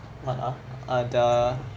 what ah err the